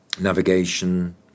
Navigation